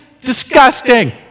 disgusting